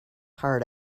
heart